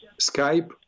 Skype